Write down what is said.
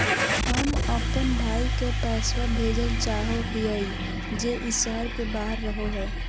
हम अप्पन भाई के पैसवा भेजल चाहो हिअइ जे ई शहर के बाहर रहो है